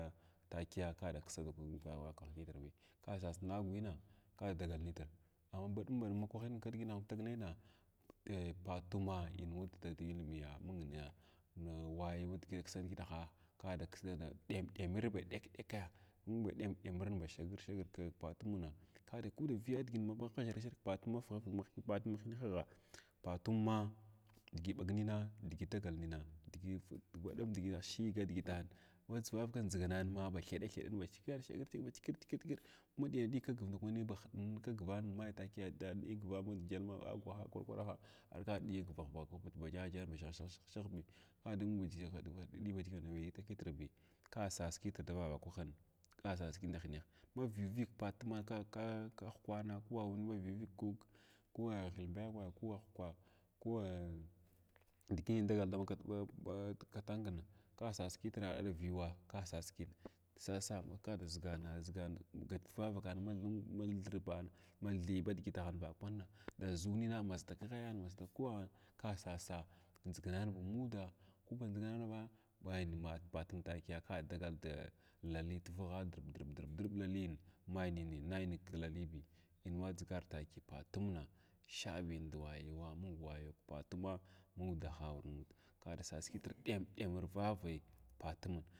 Takiya kada ksa kwahnatnbi kasasngwina kadag nitr amma badum badum ndgin in tagnena a patuma in watha dilimiya wayowa ksadgitaha d ksa damdamurba ɗak ɗak damadamur ba shagar shagir kpatuma kada kuda viya dgin n maʒharha ʒharg kpatum ma hiyahaha patuma dgi bag nina digi dagal nina baum dgina shiga dgiti vavaka dʒganan ma ba thada thadan ba thikar ba kykr kykr kykr madiya dig kgvndakwani ndnikvn magni dkyalma gwaha nd kwarkwaig ha vakwavakwa bagya gyan shah shah shabi ka da mung digi da ɓabnin ka da sas kitrs davavaka kwahwa dahineh ma viyn viʒ patuma kah kwana a runivig ko hyəlmbakun ko ahkwa ko diʒin dagal da na da ɓa katangin ka sas kitr ar vuguwa ka sas kina sasa ka a zigana zigang vavkan ma mung thirbar ma theba digiti va kana masa kghaya masda ku awan ka sas da ndʒiganan mu udaa ku ba ndʒigananma mai patum takiya ka dagal laliy tivgha k dirɓa dirɓ dirɓ dirɓ lalya mai nin nainini kilahiybi in wan dʒigar tuki patuma shabin dwayowa mung wayewa kpatumag muwdaha awan mud kadasas kitru ɗemɗemir va vaya patuma.